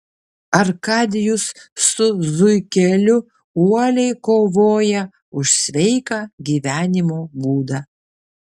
arkadijus su zuikeliu uoliai kovoja už sveiką gyvenimo būdą